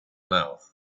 mouth